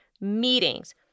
meetings